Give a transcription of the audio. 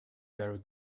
very